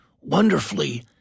Wonderfully